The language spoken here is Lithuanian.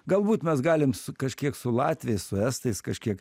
galbūt mes galim su kažkiek su latviais su estais kažkiek